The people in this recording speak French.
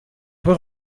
peut